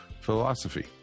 philosophy